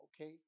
Okay